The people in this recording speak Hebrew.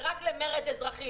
זה רק למרד אזרחי,